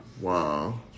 wow